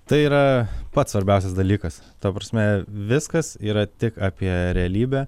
tai yra pats svarbiausias dalykas ta prasme viskas yra tik apie realybę